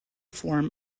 form